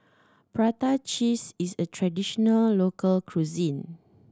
prata cheese is a traditional local cuisine